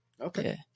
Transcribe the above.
Okay